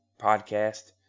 podcast